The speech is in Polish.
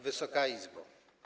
Wysoka Izbo!